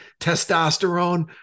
testosterone